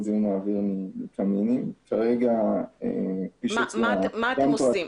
זיהום האוויר מקמינים --- מה אתם עושים?